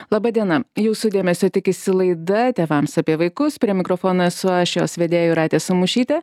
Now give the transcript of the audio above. laba diena jūsų dėmesio tikisi laida tėvams apie vaikus prie mikrofono esu aš jos vedėja jūratė samušytė